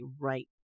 right